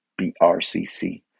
BRCC